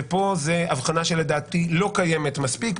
ופה היא אבחנה שלדעתי לא קיימת מספיק.